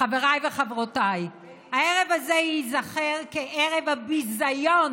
חבריי וחברותיי, הערב הזה ייזכר כערב הביזיון